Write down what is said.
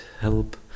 help